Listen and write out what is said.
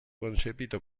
concepito